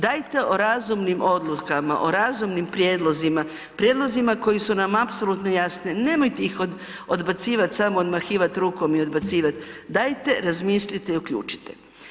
Dajte o razumnim odlukama, o razumnim prijedlozima, prijedlozima koji su nam apsolutno jasni, nemojte ih odbacivat samo, odmahivat rukom i odbacivat, dajte razmislite i uključite.